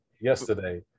yesterday